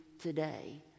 today